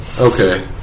Okay